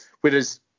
whereas